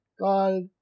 called